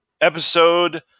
episode